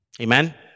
Amen